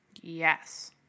Yes